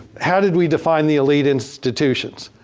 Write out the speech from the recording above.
how did we define the elite institutions?